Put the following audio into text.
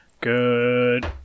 Good